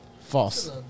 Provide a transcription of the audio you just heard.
False